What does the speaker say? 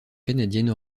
canadienne